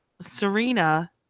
Serena